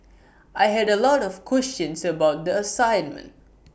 I had A lot of questions about the assignment